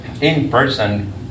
in-person